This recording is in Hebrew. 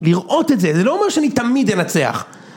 לראות את זה, זה לא אומר שאני תמיד אנצח.